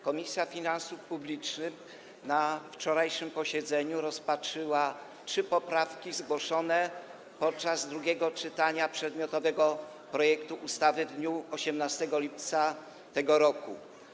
Komisja Finansów Publicznych na wczorajszym posiedzeniu rozpatrzyła trzy poprawki zgłoszone podczas drugiego czytania przedmiotowego projektu ustawy w dniu 18 lipca tego roku.